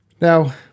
Now